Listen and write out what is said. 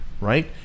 right